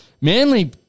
Manly